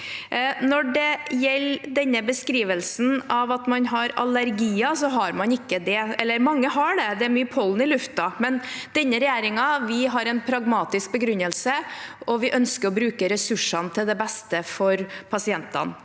Når det gjelder beskrivelsen av at man har allergier, så har man ikke det – eller: mange har det, det er mye pollen i lufta – men denne regjeringen har en pragmatisk begrunnelse, og vi ønsker å bruke ressursene til det beste for pasientene.